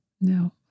No